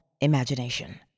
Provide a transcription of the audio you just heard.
imagination